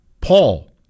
Paul